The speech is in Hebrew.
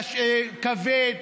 כבד,